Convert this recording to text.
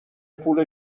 پول